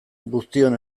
guztion